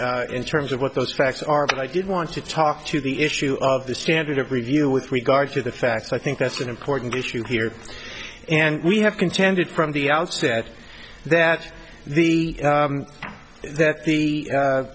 morning in terms of what those facts are but i did want to talk to the issue of the standard of review with regard to the facts i think that's an important issue here and we have contended from the outset that the that the